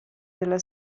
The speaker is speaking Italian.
della